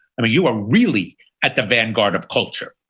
and you are really at the vanguard of culture.